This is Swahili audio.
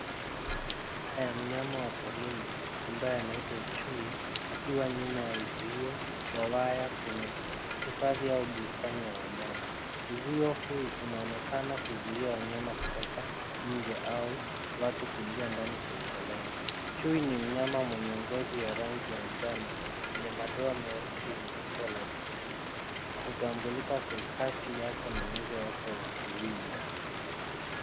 Aina ya mnyama wa porini ambaye anaitwa chu, akiwa nyuma ya uzio wa waya kwenye hifadhi au bustani ya wanyama. Uzio huu unaonekana kuzuia wanyama kutoka nje au watu kuingia ndani kwa usalama. Chui ni mnyama mwenye ngozi ya rangi ya njano mwenye madoa meusi yenye umbo la mviringo. Hutambulika kwa kasi yake na uwezo wake wa kuwinda.